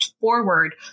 forward